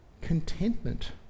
contentment